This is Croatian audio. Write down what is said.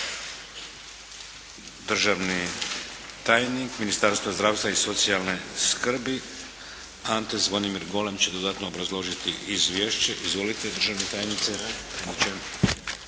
Državni tajnik Ministarstva zdravstva i socijalne skrbi Ante Zvonimir Golem će dodatno obrazložiti izvješće. Izvolite. **Golem, Ante